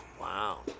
Wow